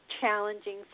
challenging